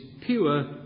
pure